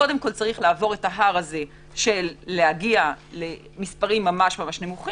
קודם כל צריך לעבור את ההר הזה של להגיע למספרים ממש נמוכים,